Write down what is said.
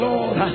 Lord